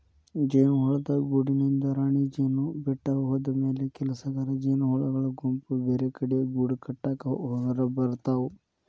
ಜೇನುಹುಳದ ಗೂಡಿನಿಂದ ರಾಣಿಜೇನು ಬಿಟ್ಟ ಹೋದಮ್ಯಾಲೆ ಕೆಲಸಗಾರ ಜೇನಹುಳಗಳ ಗುಂಪು ಬೇರೆಕಡೆ ಗೂಡಕಟ್ಟಾಕ ಹೊರಗಬರ್ತಾವ